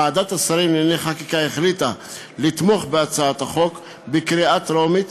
ועדת השרים לענייני חקיקה החליטה לתמוך בהצעת החוק בקריאה טרומית,